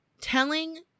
telling